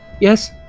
Yes